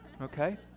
okay